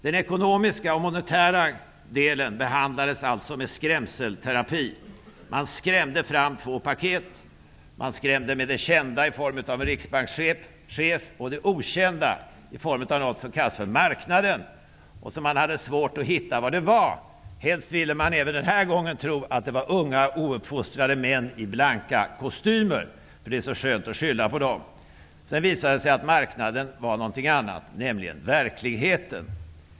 Den ekonomiska och monetära delen av krisen behandlades alltså med skrämselterapi: Man skrämde fram två paket. Man skrämde med det kända i form av en riksbankschef och med det okända i form av något som kallas för marknaden, låt vara att man hade svårt att förstå vad det var. Helst ville man även den här gången tro att det var unga, ouppfostrade män i blanka kostymer -- det är så skönt att skylla på dem. Sedan visade det sig att marknaden var någonting annat, nämligen verkligheten.